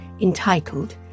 entitled